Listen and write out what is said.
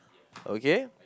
okay